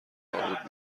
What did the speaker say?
نابود